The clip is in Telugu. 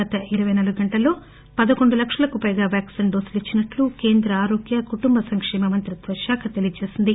గత ఇరపై నాలుగు గంటల్లో పదకొండు లక్షలకు పైగా వ్యాక్పిన్ డోసులు ఇచ్చినట్టు కేంద్ర ఆరోగ్య కుటుంబ సంకేమ మంత్రిత్వ శాఖ తెలియజేసింది